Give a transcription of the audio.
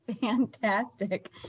Fantastic